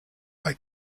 bei